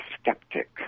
skeptic